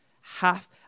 Half